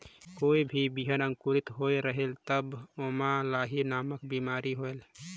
कोई भी बिहान अंकुरित होत रेहेल तब ओमा लाही नामक बिमारी होयल?